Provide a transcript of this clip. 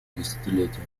десятилетие